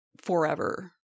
forever